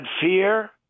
fear